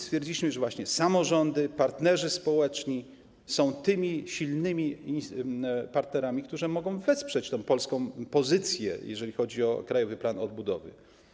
Stwierdziliśmy wtedy, że samorządy, partnerzy społeczni są silnymi partnerami, którzy mogą wesprzeć polską pozycję, jeżeli chodzi o Krajowy Plan Odbudowy.